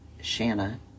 shanna